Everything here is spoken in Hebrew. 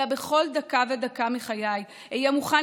אלא בכל דקה ודקה מחיי אהיה מוכן